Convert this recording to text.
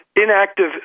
inactive